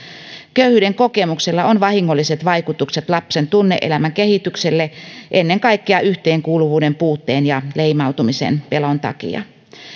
köyhyyden kokemuksilla on vahingolliset vaikutukset lapsen tunne elämän kehitykselle ennen kaikkea yhteenkuuluvuuden puutteen ja leimautumisen pelon takia